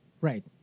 right